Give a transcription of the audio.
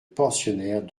pensionnaires